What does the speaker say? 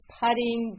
putting